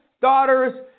daughters